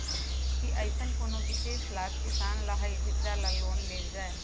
कि अईसन कोनो विशेष लाभ किसान ला हई जेकरा ला लोन लेल जाए?